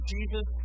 Jesus